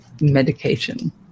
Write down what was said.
medication